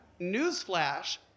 newsflash